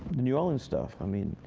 new orleans stuff. i mean,